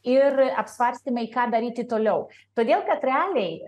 ir apsvarstymai ką daryti toliau todėl kad realiai